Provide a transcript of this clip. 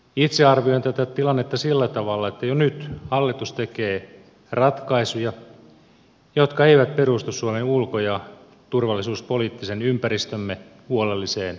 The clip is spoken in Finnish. itse arvioin tätä tilannetta sillä tavalla että jo nyt hallitus tekee ratkaisuja jotka eivät perustu suomen ulko ja turvallisuuspoliittisen ympäristömme huolelliseen arviointiin